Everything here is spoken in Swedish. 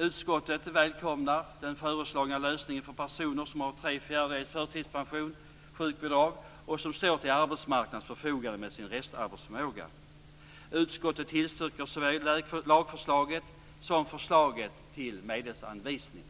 Utskottet välkomnar den föreslagna lösningen för personer som har tre fjärdedels förtidspension eller sjukbidrag och som står till arbetsmarknadens förfogande med sin restarbetsförmåga. Utskottet tillstyrker såväl lagförslaget som förslaget till medelsanvisning.